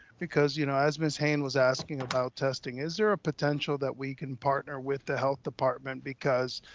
because, you know, as ms. haynes was asking about testing, is there a potential that we can partner with the health department because,